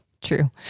True